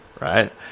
Right